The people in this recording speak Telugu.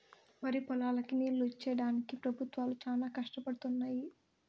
వరిపొలాలకి నీళ్ళు ఇచ్చేడానికి పెబుత్వాలు చానా కష్టపడుతున్నయ్యి